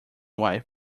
wife